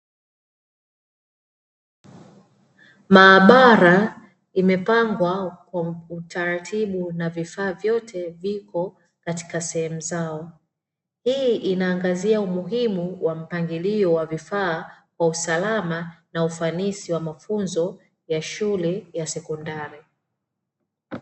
Maabara imepangwa kwa utaratibu na vifaa vyote vipo katika sehemu zao, hii inaangazia umuhimu wa mpangilio wa vifaa kwa usalama na ufanisi wa mafunzo ya shule ya sekondari.